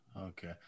Okay